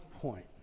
point